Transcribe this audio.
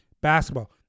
basketball